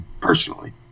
personally